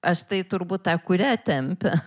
aš tai turbūt ta kurią tempia